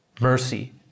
Mercy